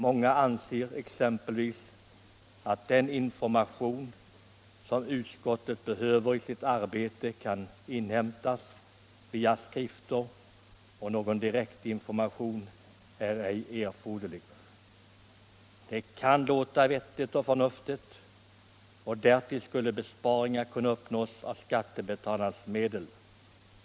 Många anser exempelvis att den information som utskotten behöver i sitt arbete kan inhämtas via skrifter och att någon direktinformation ej är erforderlig. Det kan låta vettigt och förnuftigt, och därtill skulle besparingar av skattebetalarnas medel kunna uppnås.